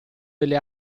delle